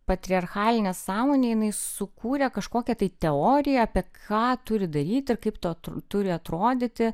patriarchalinė sąmonė jinai sukūrė kažkokią tai teoriją apie ką turi daryti ir kaip tai turi atrodyti